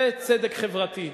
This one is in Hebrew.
זה צדק חברתי.